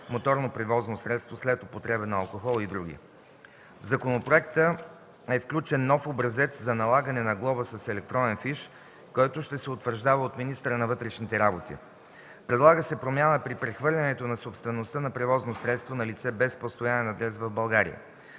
моторно превозно средство след употреба на алкохол и други. В законопроекта е включен нов образец за налагане на глоба с електронен фиш, който ще се утвърждава от министъра на вътрешните работи. Предлага се промяна при прехвърлянето на собствеността на превозно средство на лице без постоянен адрес в България.